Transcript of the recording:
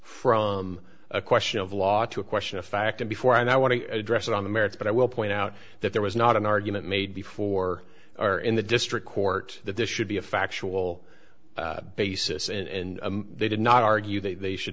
from a question of law to a question of fact and before i want to address it on the merits but i will point out that there was not an argument made before or in the district court that this should be a factual basis and they did not argue that they should